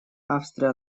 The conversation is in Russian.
австрия